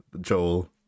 Joel